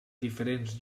diferents